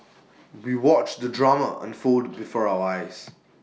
we watched the drama unfold before our eyes